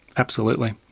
absolutely.